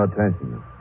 attention